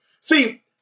See